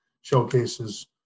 showcases